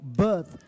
birth